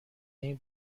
این